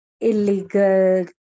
illegal